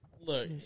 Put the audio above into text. Look